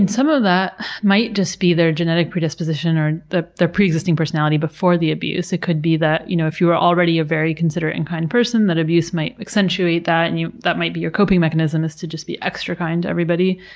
and some of that might just be their genetic predisposition or their preexisting personality before the abuse. it could be that, you know, if you were already a very considerate and kind person, that abuse might accentuate that, and that might be your coping mechanism, is to just be extra kind to everybody.